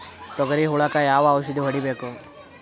ತೊಗರಿ ಹುಳಕ ಯಾವ ಔಷಧಿ ಹೋಡಿಬೇಕು?